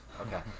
Okay